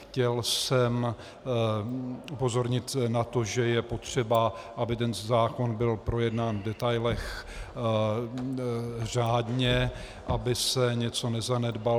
Chtěl jsem upozornit na to, že je potřeba, aby tento zákon byl projednán v detailech řádně, aby se něco nezanedbalo.